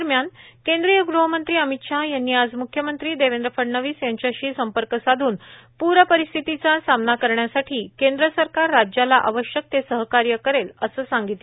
दरम्यान केंद्रीय गृहमंत्री अमित शाह यांनी आज मुख्यमंत्री देवेंद्र फडणवीस यांच्याशी संपर्क साधुन पूरपरिस्थितीचा सामना करण्यासाठी केंद्र सरकार राज्याला आवश्यक ते सहकार्य करेल असं सांगितलं